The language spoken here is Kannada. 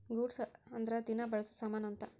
ಗೂಡ್ಸ್ ಅಂದ್ರ ದಿನ ಬಳ್ಸೊ ಸಾಮನ್ ಅಂತ